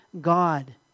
God